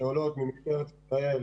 שעולות ממשטרת ישראל,